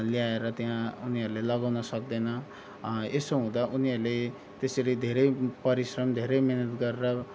ल्याएर त्यहाँ उनीहरूले लगाउन सक्दैन यसो हुँदा उनीहरूले त्यसरी धेरै परिश्रम धेरै मिहिनेत गरेर